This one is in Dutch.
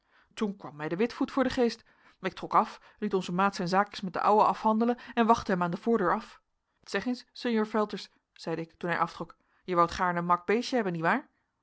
toen kwam mij de witvoet voor den geest ik trok af liet onzen maat zijn zaakjes met den ouwe af handelen en wachtte hem aan de voordeur af zeg eens sinjeur velters zeide ik toen hij aftrok jij woudt gaarne een mak beestje hebben nietwaar